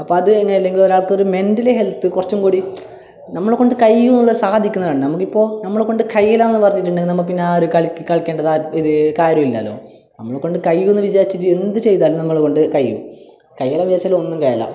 അപ്പം അത് തന്നെ അല്ലെങ്കിൽ ഒരാൾക്ക് ഒരു മെൻ്റലി ഹെൽത്ത് കുറച്ചും കൂടി നമ്മളെക്കൊണ്ട് കഴിയുമെന്ന് സാധിക്കുന്നതാണ് നമുക്കിപ്പോൾ നമ്മളെക്കൊണ്ട് കഴിയില്ലായെന്ന് പറഞ്ഞിട്ടുണ്ടെങ്കിൽ നമുക്ക് പിന്നാരും കളി കളിക്കണ്ടതാ കാര്യമില്ലല്ലോ നമ്മളെക്കൊണ്ട് കഴിയുമെന്ന് വിചാരിച്ച് എന്ത് ചെയ്താലും നമ്മളെക്കൊണ്ട് കഴിയും കഴിയില്ലായെന്ന് വിചാരിച്ചാൽ ഒന്നും കഴിയില്ല